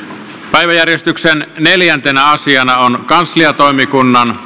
päiväjärjestyksen neljäntenä asiana on kansliatoimikunnan